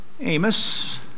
Amos